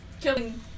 killing